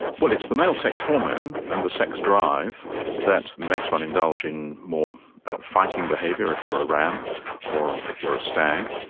well, it's the male sex hormone and the sex drive that makes one indulge in more fighting behaviour if you are a ram or if you are a stag.